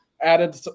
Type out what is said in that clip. added